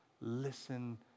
Listen